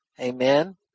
Amen